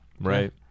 right